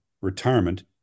retirement